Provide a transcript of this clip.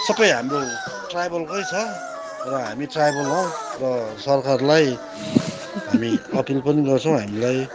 सबै हाम्रो ट्राइबलकै छ र हामी ट्राइबल हौँ र सरकारलाई हामी अपिल पनि गर्छौँ हामीलाई